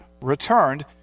returned